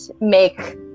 make